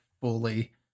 fully